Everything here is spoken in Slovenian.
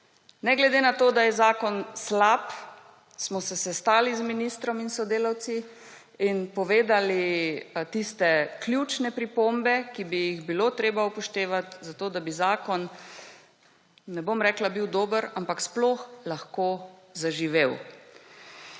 Ne glede na to, da je zakon slab, smo se sestali z ministrom in sodelavci in povedali tiste ključne pripombe, ki bi jih bilo treba upoštevati zato, da bi zakon, ne bom rekla bi dober, ampak sploh lahko zaživel.